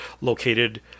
located